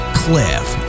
cliff